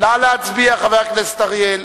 חבר הכנסת אריאל.